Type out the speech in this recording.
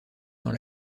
dans